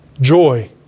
joy